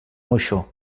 moixó